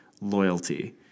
loyalty